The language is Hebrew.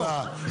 שבעה.